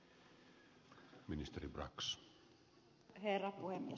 arvoisa herra puhemies